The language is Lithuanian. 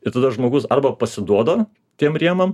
ir tada žmogus arba pasiduoda tiem rėmam